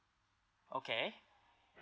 okay